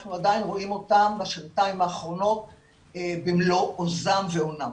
ואנחנו עדיין רואים אותם בשנתיים האחרונות במלוא עוזם ואונם.